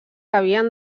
havien